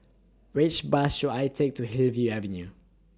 Which Bus should I Take to Hillview Avenue